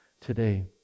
today